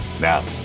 Now